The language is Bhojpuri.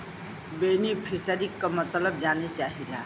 बेनिफिसरीक मतलब जाने चाहीला?